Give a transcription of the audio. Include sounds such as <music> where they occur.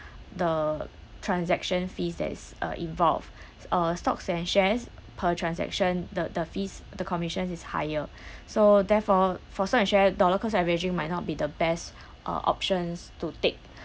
the transaction fees that's uh involved uh stocks and shares per transaction the the fees the commission is higher <breath> so therefore for stock and share dollar cost averaging might not be the best uh options to take